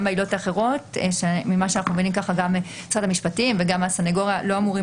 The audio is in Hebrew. אנחנו מבינים ממשרד המשפטים וגם מהסנגוריה הם לא אמורים